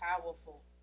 powerful